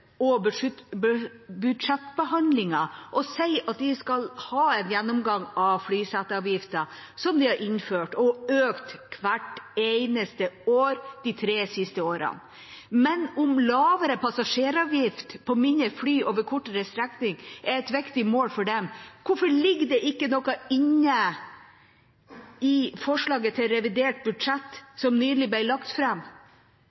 og budsjettbehandlingen og sier at de skal ha en gjennomgang av flyseteavgiften de har innført, og økt hvert eneste år de tre siste årene. Men om lavere passasjeravgift på mindre fly over kortere strekning er et viktig mål for dem, hvorfor ligger det ikke noe inne i forslaget til revidert